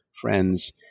friends